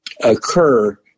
occur